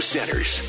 Centers